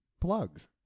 plugs